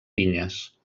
vinyes